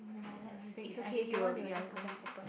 never mind let's it's okay if they want they will just ovrselves open